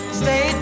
stay